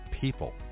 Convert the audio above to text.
people